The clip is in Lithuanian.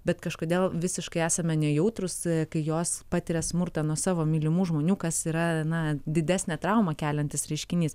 bet kažkodėl visiškai esame nejautrūs kai jos patiria smurtą nuo savo mylimų žmonių kas yra na didesnę traumą keliantis reiškinys